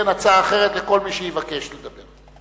אני אתן הצעה אחרת לכל מי שיבקש לדבר.